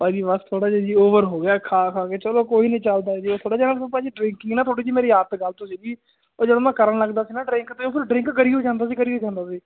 ਭਾਜੀ ਬਸ ਥੋੜ੍ਹਾ ਜਿਹਾ ਜੀ ਓਵਰ ਹੋ ਗਿਆ ਖਾ ਖਾ ਕੇ ਚਲੋ ਕੋਈ ਨਹੀਂ ਚੱਲਦਾ ਜੀ ਉਹ ਥੋੜ੍ਹਾ ਜਿਹਾ ਨਾ ਭਾਜੀ ਡ੍ਰਿੰਕਿੰਗ ਨਾ ਥੋੜ੍ਹੀ ਜਿਹੀ ਮੇਰੀ ਆਦਤ ਗਲਤ ਸੀ ਗੀ ਜਦੋਂ ਮੈਂ ਕਰਨ ਲੱਗਦਾ ਸੀ ਨਾ ਡਰਿੰਕ ਤਾਂ ਫਿਰ ਡਰਿੰਕ ਕਰੀ ਜਾਂਦਾ ਸੀ ਕਰੀ ਜਾਂਦਾ ਸੀ